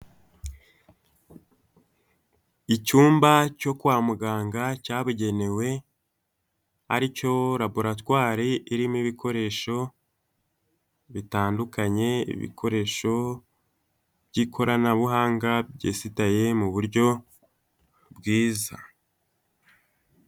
Icyumba cyo kwa muganga cyabugenewe aricyo raboratwari irimo ibikoresho bitandukanye, ibikoresho by'ikoranabuhanga byesitaye mu buryo bwiza.